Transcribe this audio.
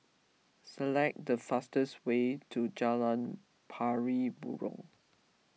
select the fastest way to Jalan Pari Burong